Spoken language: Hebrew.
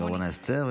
ולרונה אסתר.